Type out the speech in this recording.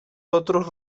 otros